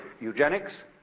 eugenics